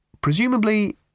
Presumably